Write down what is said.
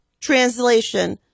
translation